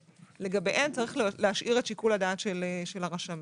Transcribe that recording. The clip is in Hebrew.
שלגביהם יש להשאיר שיקול הדעת של הרשמים.